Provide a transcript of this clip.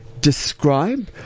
describe